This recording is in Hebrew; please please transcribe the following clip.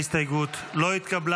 ההסתייגות לא התקבלה.